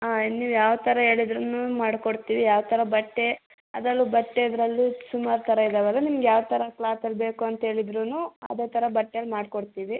ಹಾಂ ನೀವು ಯಾವ ಥರ ಹೇಳಿದ್ರು ಮಾಡ್ಕೊಡ್ತೀವಿ ಯಾವ ಥರ ಬಟ್ಟೆ ಅದರಲ್ಲು ಬಟ್ಟೆ ಅದರಲ್ಲೂ ಸುಮಾರು ಥರ ಇದಾವಲ್ಲ ನಿಮ್ಗೆ ಯಾವ ಥರ ಕ್ಲಾತಲ್ಲಿ ಬೇಕು ಅಂತ ಹೇಳಿದ್ರು ಅದೇ ಥರ ಬಟ್ಟೆಯಲ್ಲಿ ಮಾಡ್ಕೊಡ್ತೀವಿ